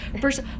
First